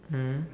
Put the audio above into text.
mm